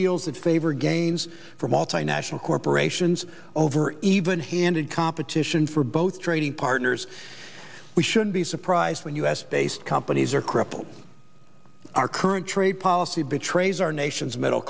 deals that favor gains for multinational corporations over even handed competition for both trading partners we should be surprised when u s based companies are crippled our current trade policy betrays our nation's middle